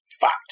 Fact